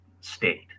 state